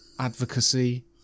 advocacy